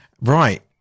right